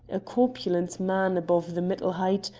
a corpulent man above the middle height,